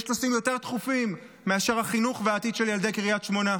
כנראה יש נושאים יותר דחופים מאשר החינוך והעתיד של ילדי קריית שמונה.